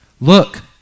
Look